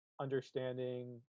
understanding